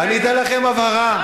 אני אתן לכם הבהרה.